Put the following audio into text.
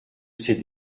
ces